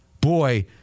Boy